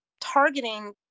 targeting